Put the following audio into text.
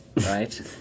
right